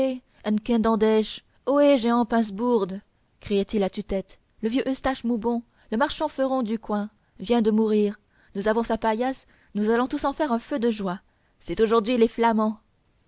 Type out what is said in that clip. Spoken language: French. ohé jehan pincebourde criaient ils à tue-tête le vieux eustache moubon le marchand feron du coin vient de mourir nous avons sa paillasse nous allons en faire un feu de joie c'est aujourd'hui les flamands